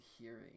hearing